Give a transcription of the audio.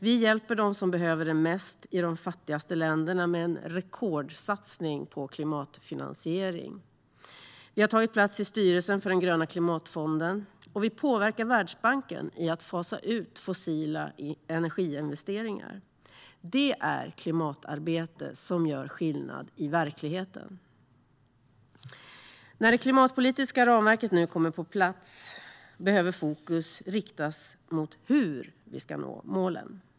Vi hjälper dem som behöver det mest i de fattigaste länderna med en rekordsatsning på klimatfinansiering. Vi har tagit plats i styrelsen för den gröna klimatfonden, och vi påverkar Världsbanken i att fasa ut fossila energiinvesteringar. Detta är klimatarbete som gör skillnad i verkligheten. När det klimatpolitiska ramverket nu kommer på plats behöver fokus riktas mot hur vi ska nå målen.